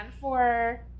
for-